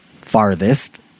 farthest